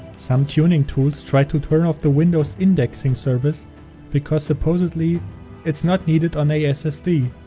some tuning tools try to turn off the windows indexing service because supposedly it's not needed on a ssd.